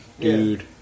dude